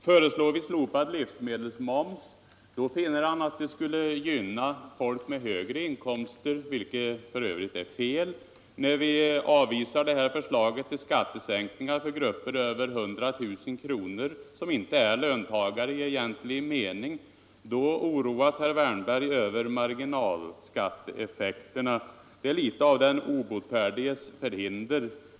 Föreslår vi slopad livsmedelsmoms finner han att det skulle gynna folk med högre inkomster, vilket f. ö. är fel. När vi avvisar förslaget om skattesänkningar för grupper över 100 000 kr., som inte är löntagare i egentlig mening oroas herr Wärnberg över marginalskatteeffekterna. Det är litet av den obotfärdiges förhinder.